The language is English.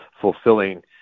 fulfilling